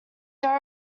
there